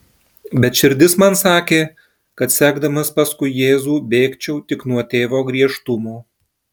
bet širdis man sakė kad sekdamas paskui jėzų bėgčiau tik nuo tėvo griežtumo